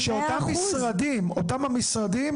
אותם המשרדים